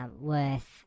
worth